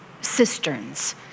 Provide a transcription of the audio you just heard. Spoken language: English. cisterns